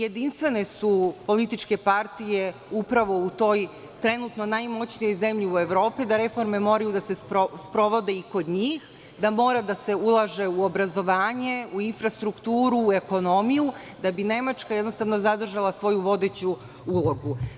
Jedinstvene su političke partije upravo u toj trenutno najmoćnijoj zemlji u Evropi da reforme moraju da se sprovode i kod njih, da mora da se ulaže u obrazovanje, u infrastrukturu, u ekonomiju da bi Nemačka, jednostavno, zadržala svoju vodeću ulogu.